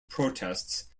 protests